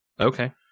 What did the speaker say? Okay